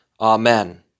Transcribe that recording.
Amen